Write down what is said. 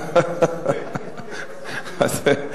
לא, לא, לא.